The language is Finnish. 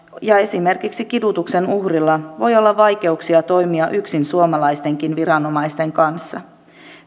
ja esimerkiksi kidutuksen uhrilla voi olla vaikeuksia toimia yksin suomalaistenkin viranomaisten kanssa